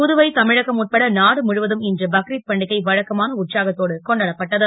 புதுவை தமிழகம் உட்பட நாடு முழுவதும் இன்று பக்ரித் பண்டிகை வழக்கமான உற்சாகத்தோடு கொண்டாடப்பட்டது